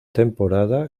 temporada